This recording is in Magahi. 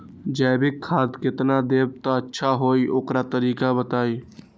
जैविक खाद केतना देब त अच्छा होइ ओकर तरीका बताई?